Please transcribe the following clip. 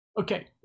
Okay